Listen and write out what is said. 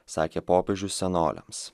sakė popiežius senoliams